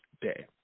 Day